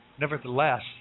nevertheless